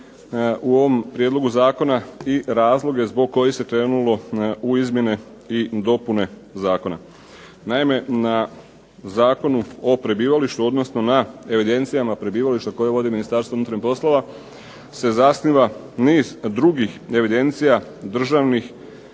u ovom prijedlogu zakona i razloge zbog kojih se krenulo u izmjene i dopune zakona. Naime, na Zakonu o prebivalištu, odnosno na evidencijama prebivališta koje vodi Ministarstvo unutarnjih poslova se zasniva niz drugih evidencija državnih